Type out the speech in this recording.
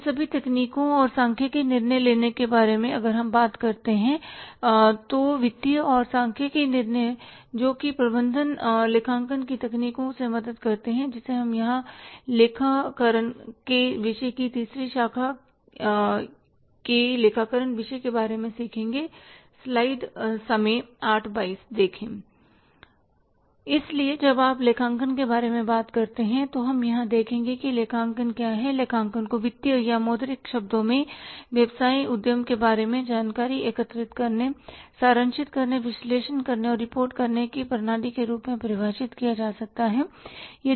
इन सभी तकनीकों और सांख्यिकी निर्णय लेने के बारे में अगर हम बात करते हैं वित्तीय और सांख्यिकी निर्णय जो कि प्रबंधन लेखांकन की तकनीकों की मदद से संभव है जिनमें हम यहां लेखा करण के विषय की तीसरी शाखा यह के लेखा करण विषय के बारे में सीखेंगे इसलिए जब आप लेखांकन के बारे में बात करते हैं तो हम यहां यह देखेंगे कि लेखांकन क्या है लेखांकन को वित्तीय या मौद्रिक शब्दों में व्यवसाय उद्यम के बारे में जानकारी एकत्र करने सारांशित करने विश्लेषण करने और रिपोर्ट करने की प्रणाली के रूप में परिभाषित किया जा सकता है